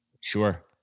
sure